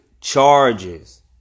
charges